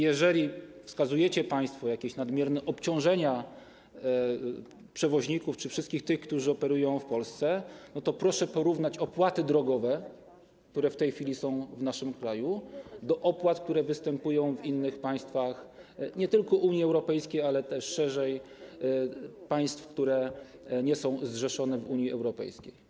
Jeżeli wskazujecie państwo na jakieś nadmierne obciążenia przewoźników czy wszystkich tych, którzy operują w Polsce, to proszę porównać opłaty drogowe, które w tej chwili są w naszym kraju, do opłat, które występują w innych państwach nie tylko Unii Europejskiej, ale też szerzej - w państwach, które nie są zrzeszone w Unii Europejskiej.